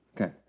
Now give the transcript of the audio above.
Okay